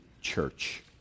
church